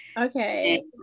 Okay